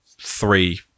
three